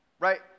right